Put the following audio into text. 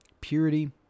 purity